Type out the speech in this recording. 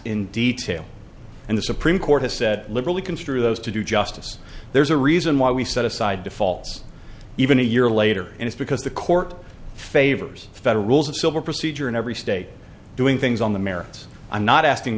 in detail and the supreme court has said literally construe those to do justice there's a reason why we set aside defaults even a year later and it's because the court favors federal rules of civil procedure in every state doing things on the merits i'm not asking